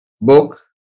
book